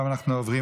אנחנו עוברים